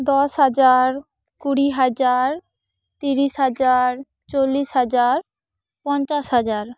ᱫᱚᱥ ᱦᱟᱡᱟᱨ ᱠᱩᱲᱤ ᱦᱟᱡᱟᱨ ᱛᱤᱨᱤᱥ ᱦᱟᱡᱟᱨ ᱪᱚᱞᱞᱤᱥ ᱦᱟᱡᱟᱨ ᱯᱚᱧᱪᱟᱥ ᱦᱟᱡᱟᱨ